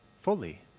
fully